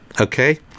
Okay